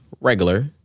regular